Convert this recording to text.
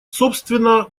собственно